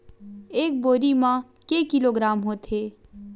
एक बोरी म के किलोग्राम होथे?